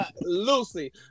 Lucy